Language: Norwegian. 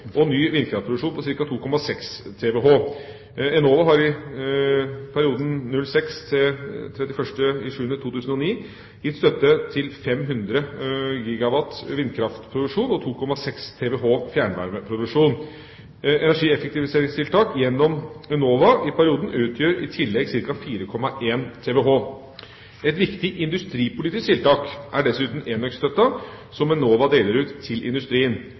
og ny vindkraftproduksjon på ca. 2,6 TWh. Enova har i perioden fra 2006 til 31. juli 2009 gitt støtte til 500 GWh vindkraftproduksjon og 2,6 TWh fjernvarmeproduksjon. Energieffektiviseringstiltak gjennom Enova i perioden utgjør i tillegg ca. 4,1 TWh. Et viktig industripolitisk tiltak er dessuten enøkstøtten som Enova deler ut til industrien.